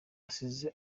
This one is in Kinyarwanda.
asize